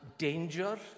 Danger